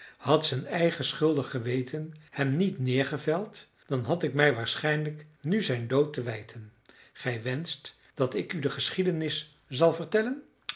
had zijn eigen schuldig geweten hem niet neergeveld dan had ik mij waarschijnlijk nu zijn dood te wijten gij wenscht dat ik u de geschiedenis zal vertellen